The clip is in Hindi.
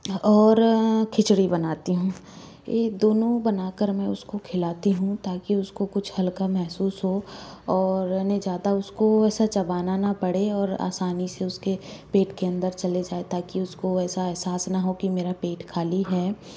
और खिचड़ी बनाती हूँ ये दोनों बनाकर मैं उसको खिलाती हूँ ताकि उसको कुछ हल्का महसूस हो और उन्हें ज़्यादा उसको वैसा चबाना ना पड़े और आसानी से उसके पेट के अंदर चले जाए ताकि उसको वैसा एहसास ना हो कि मेरा पेट खाली है